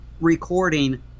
recording